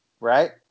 right